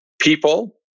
people